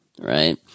right